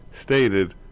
stated